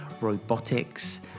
robotics